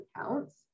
accounts